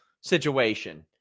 situation